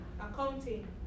accounting